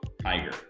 Tiger